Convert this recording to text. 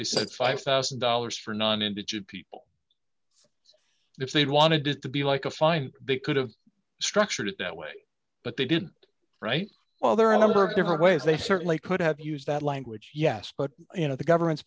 they said five thousand dollars for non indigent people if they wanted it to be like a fine big could have structured it that way but they didn't write well there are a number of different ways they certainly could have used that language yes but you know the government's